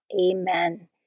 Amen